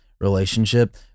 relationship